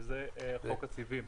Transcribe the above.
וזה חוק הסיבים.